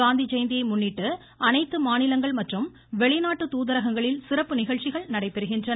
காந்தி ஜெயந்தியை முன்னிட்டு அனைத்து மாநிலங்கள் மற்றும் வெளிநாட்டு தூதரகங்களில் சிறப்பு நிகழ்ச்சிகள் நடைபெறுகின்றன